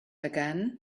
again